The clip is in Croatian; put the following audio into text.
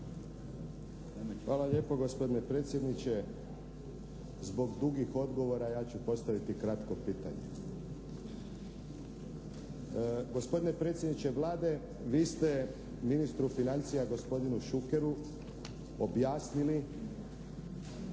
Hvala lijepo gospodine predsjedniče. Zbog dugih odgovora ja ću postaviti kratko pitanje. Gospodine predsjedniče Vlade vi ste ministru financija, gospodinu Šukeru objasnili